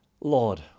Lord